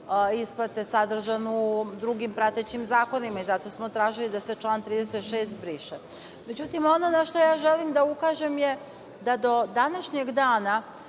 isplate je sadržan u drugim pratećim zakonima. Zato smo tražili da se član 36. briše.Međutim, ono na šta ja želim da ukažem je da do današnjeg dana